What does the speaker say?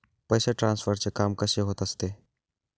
पैसे ट्रान्सफरचे काम कसे होत असते?